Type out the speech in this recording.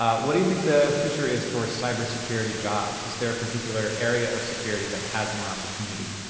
um what do you think the future is for cybersecurity jobs? is there a particular area of security that has more opportunity?